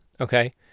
okay